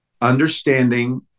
understanding